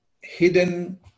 hidden